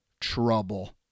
trouble